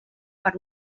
per